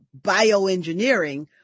bioengineering